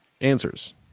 answers